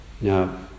Now